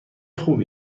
خوبی